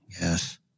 Yes